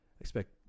expect